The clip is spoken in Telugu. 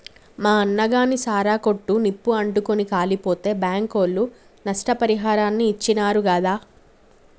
మా అన్నగాని సారా కొట్టు నిప్పు అంటుకుని కాలిపోతే బాంకోళ్లు నష్టపరిహారాన్ని ఇచ్చినారు గాదా